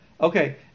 Okay